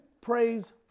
praise